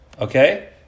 okay